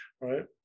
right